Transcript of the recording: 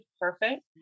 perfect